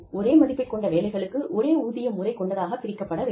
ஒரே மதிப்பைக் கொண்ட வேலைகளுக்கு ஒரே ஊதிய முறை கொண்டதாகப் பிரிக்கப்பட வேண்டும்